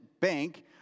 bank